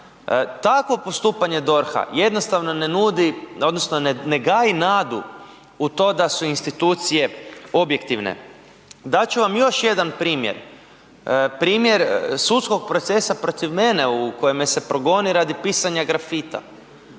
Takvo postupanje DORH-a jednostavno ne nudi odnosno ne gaji nadu u to da su institucije objektivne. Dat ću vam još jedan primjer, primjer sudskog procesa protiv mene u kojem me se progoni radi pisanja grafita.